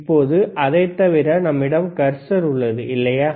இப்போது அதைத் தவிர நம்மிடம் கர்சர் உள்ளது இல்லையா